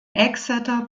exeter